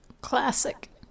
Classic